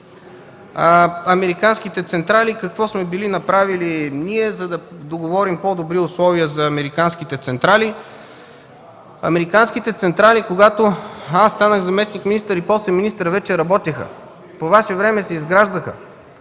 Американските централи – какво сме били направили ние, за да договорим по-добри условия за американските централи? Американските централи, когато станах заместник-министър и после министър, вече работеха. По ваше време се изграждаха.